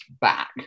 back